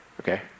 Okay